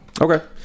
Okay